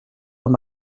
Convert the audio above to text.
dans